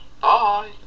Bye